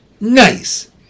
Nice